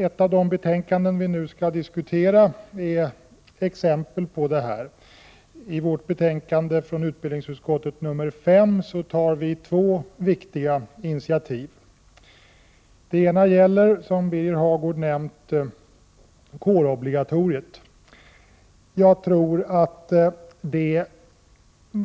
Ett av de betänkanden vi nu skall diskutera är exempel på detta. I vårt betänkande nr 5 från utbildningsutskottet tar vi två viktiga initiativ. Det ena gäller, som Birger Hagård nämnt, kårobligatoriet. Jag tror att detta